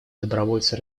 добровольцы